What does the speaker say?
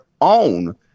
own